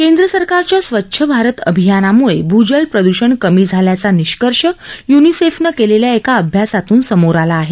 केंद्र सरकारच्या स्वच्छ भारत अभियानामुळे भूजल प्रद्षण कमी झाल्याचा निष्कर्ष य्निसेफनं केलेल्या एका अभ्यासातून समोर आला आहे